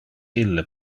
ille